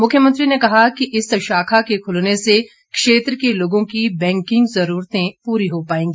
मुख्यमंत्री ने कहा कि इसके खुलने से क्षेत्र के लोगों की बैंकिंग जरूरतें पूरी हो पाएगी